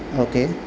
okay